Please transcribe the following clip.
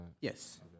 Yes